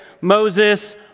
Moses